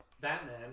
Batman